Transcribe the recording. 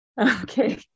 Okay